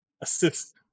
assist